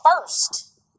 first